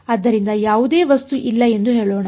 ಆದ್ದರಿಂದ ಯಾವುದೇ ವಸ್ತು ಇಲ್ಲ ಎಂದು ಹೇಳೋಣ